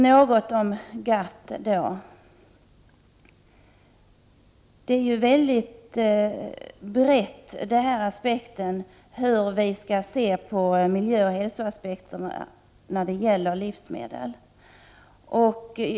Något om GATT. Frågan hur vi skall se på miljöoch hälsoaspekterna när det gäller livsmedel är mycket bred.